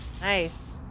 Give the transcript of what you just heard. nice